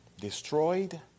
Destroyed